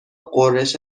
غرش